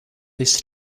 this